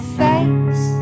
face